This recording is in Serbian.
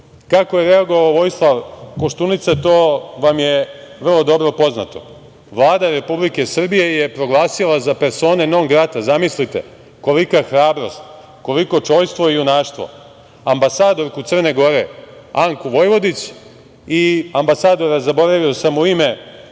Kako je reagovao Vojislav Koštunica? To vam je vrlo dobro poznato. Vlada Republike Srbije je proglasila za persone non grata, zamislite kolika hrabrost, koliko čojstvo i junaštvo, ambasadorku Crne Gore, Anku Vojvodić, i ambasadora, zaboravio sam mu